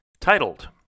titled